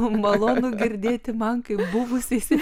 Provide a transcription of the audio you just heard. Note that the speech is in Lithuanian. malonu girdėti man kaip buvusiai